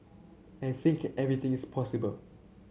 I think everything is possible